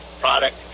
product